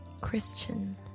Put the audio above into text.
Christian